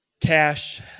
Cash